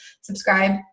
subscribe